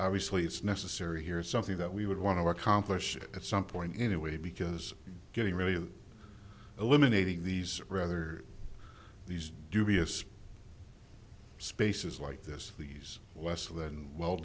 obviously it's necessary here is something that we would want to accomplish at some point anyway because getting really eliminating these rather these dubious spaces like this these less than well